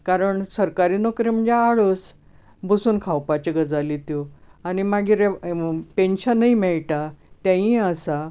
कारण सरकारी नोकरी म्हणल्यार आळस बसून खावपाच्यो गजाली त्यो आनी मागीर पेंनशनूय मेळटा तेयीय आसा